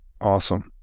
Awesome